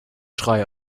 schrei